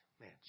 man